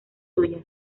suyas